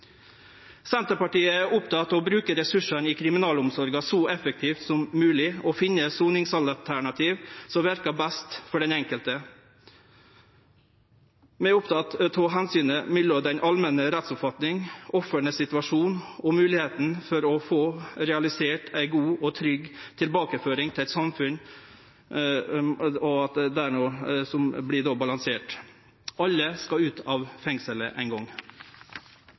Senterpartiet er opptekne av å bruke ressursane i kriminalomsorga så effektivt som mogleg, og av å finne dei soningsalternativa som verkar best for den enkelte. Vi er opptekne av å balansere omsynet mellom den allmenne rettsoppfatninga, ofra sin situasjon og moglegheita for å få realisert ei god og trygg tilbakeføring til samfunnet. Alle skal ut av fengsel ein gong.